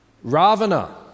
ravana